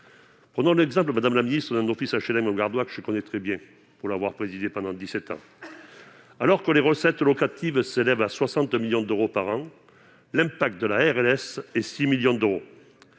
Prenons l'exemple, madame la ministre, d'un office HLM gardois que je connais bien pour l'avoir présidé pendant dix-sept ans. Alors que ses recettes locatives s'élèvent à 60 millions d'euros par an, l'impact de la RLS est de 6 millions d'euros.